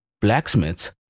Blacksmiths